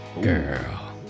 Girl